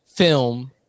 film